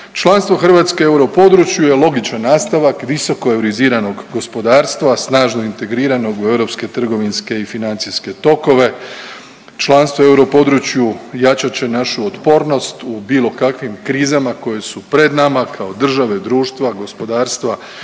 Članstvo Hrvatske u europodručju je logičan nastavak visoko euriziranog gospodarstva snažno integriranog u europske trgovinske i financijske tokove. Članstvo u europodručju jačat će našu otpornost u bilo kakvim krizama koje su pred nama kao države, društva, gospodarstva